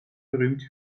berühmt